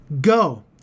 go